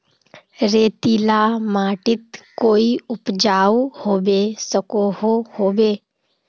रेतीला माटित कोई उपजाऊ होबे सकोहो होबे?